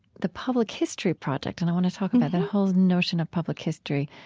the public history project, and i want to talk about that whole notion of public history